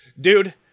Dude